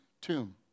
Tomb